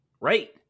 Right